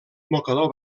mocador